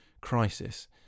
crisis